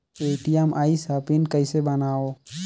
ATM आइस ह pin कइसे बनाओ?